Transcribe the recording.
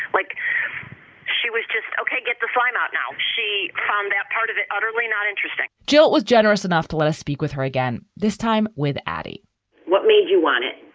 like she was just ok, get the fine out now. she found out part of it utterly not interesting jill was generous enough to let us speak with her again, this time with addie what made you want it?